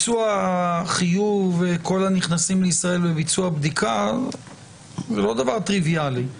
חיוב כל הנכנסים לישראל בביצוע בדיקה זה לא דבר טריוויאלי.